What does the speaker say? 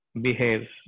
behaves